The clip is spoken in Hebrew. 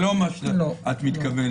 אנחנו רוצים שלא תתפתח פה